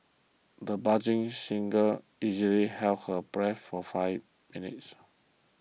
the budding singer easily held her breath for five minutes